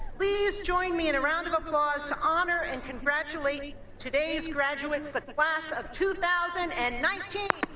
please join me in a round of applause to honor and congratulate today's graduates the class of two thousand and nineteen.